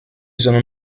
sono